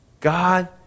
God